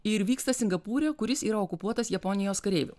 ir vyksta singapūre kuris yra okupuotas japonijos kareivių